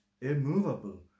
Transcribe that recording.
immovable